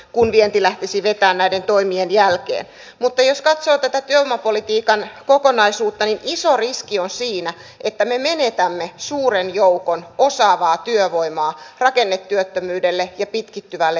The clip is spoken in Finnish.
kun vienti lähtisi vetää ministeriön alaisten laitosten välisissä tulosneuvotteluissa kiinnittämään huomio ja politiikan kokonaisuutta niin iso riski on sanoa ääneen ne asiat mitä mahdollisesti ei kyetä nykyresursseilla enää tekemään